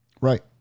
Right